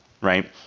right